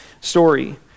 story